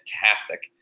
fantastic